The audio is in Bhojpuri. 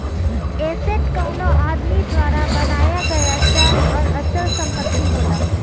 एसेट कउनो आदमी द्वारा बनाया गया चल आउर अचल संपत्ति होला